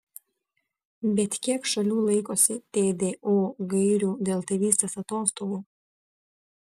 bet kiek šalių laikosi tdo gairių dėl tėvystės atostogų